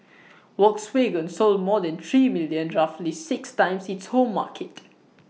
Volkswagen sold more than three million roughly six times its home market